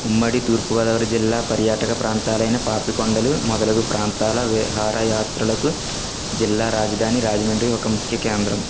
ఉమ్మడి తూర్పుగోదావరి జిల్లా పర్యాటక ప్రాంతాలైన పాపికొండలు మొదలగు ప్రాంతాల విహారయాత్రలకు జిల్లా రాజధాని రాజమండ్రి ఒక ముఖ్య కేంద్రం